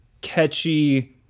catchy